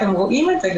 אתם גם רואים את זה.